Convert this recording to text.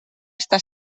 està